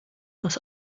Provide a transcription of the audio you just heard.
das